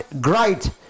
great